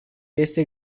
este